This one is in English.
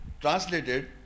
translated